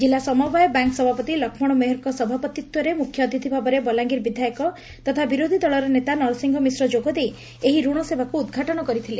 ଜିଲ୍ଲା ସମବାୟ ବ୍ୟାଙ୍କ୍ ସଭାପତି ଲକ୍ଷୁଶ ମେହେରଙ୍କ ସଭାପତିତ୍ୱରେ ମୁଖ୍ୟ ଅତିଥି ଭାବରେ ବଲାଙ୍ଗୀର ବିଧାୟକ ତଥା ବିରୋଧୀଦଳର ନେତା ନରସିଂହ ମିଶ୍ର ଯୋଗ ଦେଇ ଏହି ଋଣ ସେବାକୁ ଉଦ୍ଘାଟନ କରିଥିଲେ